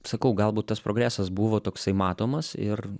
sakau galbūt tas progresas buvo toksai matomas ir